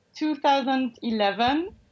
2011